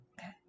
Okay